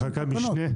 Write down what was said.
זאת חקיקת משנה.